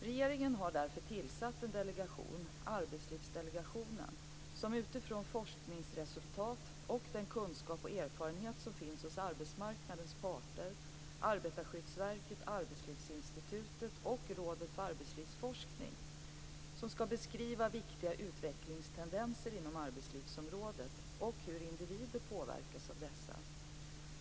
Regeringen har därför tillsatt en delegation - Arbetslivsdelegationen - som utifrån forskningsresultat och den kunskap och erfarenhet som finns hos arbetsmarknadens parter, Arbetarskyddsverket, Arbetslivsinstitutet och Rådet för arbetslivsforskning skall beskriva viktiga utvecklingstendenser inom arbetslivsområdet och hur individer påverkas av dessa.